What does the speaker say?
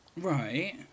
Right